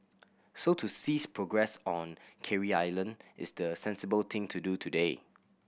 so to cease progress on Carey Island is the sensible thing to do today